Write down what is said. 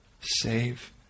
Save